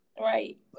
Right